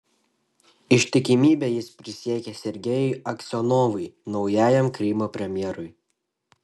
ištikimybę jis prisiekė sergejui aksionovui naujajam krymo premjerui